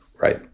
Right